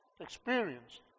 experienced